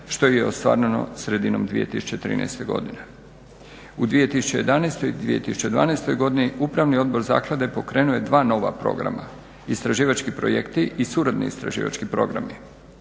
što je i ostvareno sredinom 2013.godine. U 2011.i 2012.godini upravni odbor zaklade pokrenuo je dva nova programa, Istraživački projekti i Suradni istraživački programi.